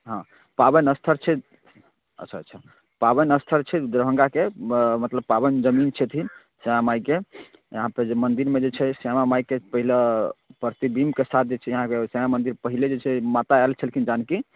हँ पाबनि स्थल छै अच्छा अच्छा पाबनि स्थल छै दरभंगाके मतलब पाबनि जमीन छथिन श्यामा मायके यहाँपर मन्दिरमे जे छै श्यामा माइके पहिले प्रतिबिंबके साथ जे छै अहाँके श्यामा मन्दिर पहिले जे छै माता आयल छलखिन जानकी